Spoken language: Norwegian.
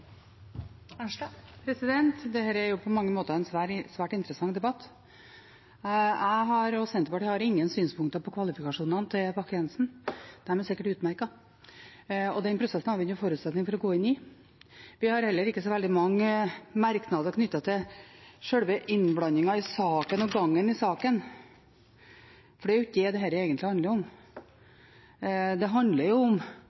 på mange måter en svært interessant debatt. Jeg og Senterpartiet har ingen synspunkter på kvalifikasjonene til Bakke-Jensen, de er sikkert utmerkede. Den prosessen har vi ingen forutsetninger for å gå inn i. Vi har heller ikke så veldig mange merknader knyttet til sjølve innblandingen i saken og gangen i saken, for det er jo ikke det dette egentlig handler om. Det handler om